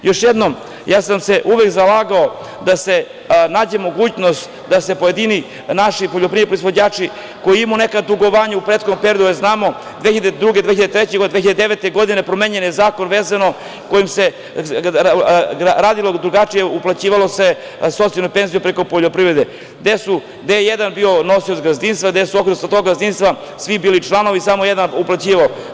Još jednom, ja sam se uvek zalagao da se nađe mogućnost da se pojedini naši poljoprivredni proizvođači koji imaju neka dugovanja u prethodnom periodu, a znamo, 2002, 2003. i 2009. godine promenjen je zakon kojim se radilo drugačije, uplaćivale se socijalne penzije preko poljoprivrede, gde je jedan bio nosilac gazdinstva, gde su u okviru tog gazdinstva svi bili članovi, samo jedan uplaćivao.